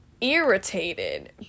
irritated